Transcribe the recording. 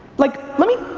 like, let me.